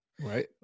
Right